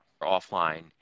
Offline